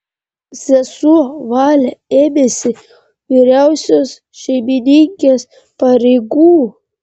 sesuo valė ėmėsi vyriausios šeimininkės pareigų